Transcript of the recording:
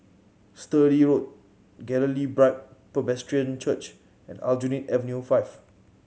Sturdee Road Galilee Bible Presbyterian Church and Aljunied Avenue Five